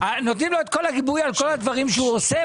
נותנים לו את כל הגיבוי על כל הדברים שהוא עושה,